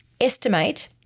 estimate